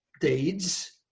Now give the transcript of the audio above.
deeds